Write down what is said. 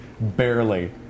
Barely